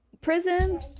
prison